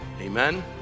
Amen